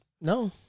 No